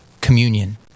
communion